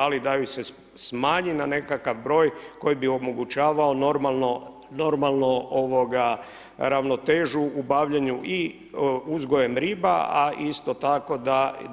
Ali da ju se smanji na nekakav broj koji bi omogućavao normalno ravnotežu u bavljenju i uzgojem riba a isto tako